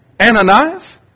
Ananias